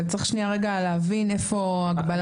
אבל צריך להבין איפה ההגבלה.